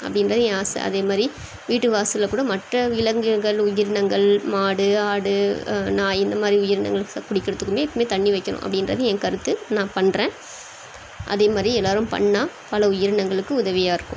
அப்படின்றது என் ஆசை அதேமாதிரி வீட்டு வாசலில்கூட மற்ற விலங்குகள் உயிரினங்கள் மாடு ஆடு நாய் இந்தமாதிரி உயிரினங்கள் ச குடிக்கிறதுக்குமே எப்போமே தண்ணி வைக்கணும் அப்படின்றது என் கருத்து நான் பண்ணுறேன் அதேமாதிரி எல்லோரும் பண்ணால் பல உயிரினங்களுக்கு உதவியாக இருக்கும்